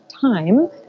time